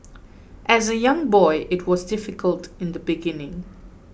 as a young boy it was difficult in the beginning